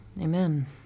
amen